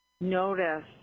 notice